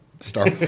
Star